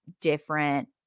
different